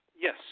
Yes